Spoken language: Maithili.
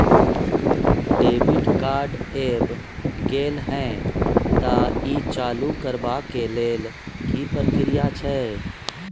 डेबिट कार्ड ऐब गेल हैं त ई चालू करबा के लेल की प्रक्रिया छै?